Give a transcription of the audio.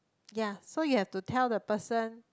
yea so you have to tell the person